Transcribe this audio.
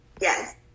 yes